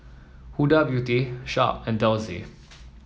Huda Beauty Sharp and Delsey